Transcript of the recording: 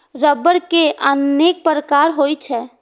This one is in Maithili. रबड़ के अनेक प्रकार होइ छै